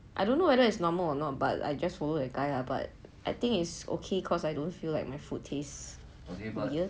I don't know whether it's normal or not but I just follow that guy ah but I think it's okay cause I don't feel my food taste weird